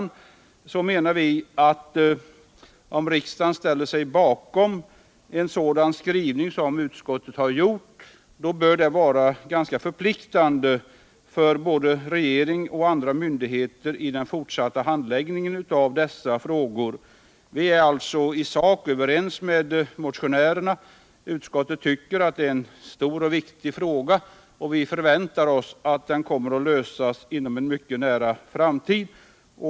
= ningsregler vid Om riksdagen ställer sig bakom den skrivning som utskottet har gjort — uthyrning av bör därför både regering och andra myndigheter känna sig förpliktade = fastighet att ta hänsyn till den vid den fortsatta handläggningen av dessa frågor. Vi är alltså i sak överens med motionärerna. Utskottet anser att detta är en stor och viktig fråga, och vi förväntar oss att den kommer att lösas inom en mycket nära framtid.